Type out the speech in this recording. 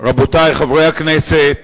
המסדרת